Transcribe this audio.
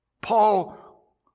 Paul